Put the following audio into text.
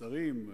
לשרים,